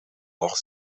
nog